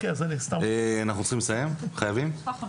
גיא מאיגוד הקשתות, בבקשה.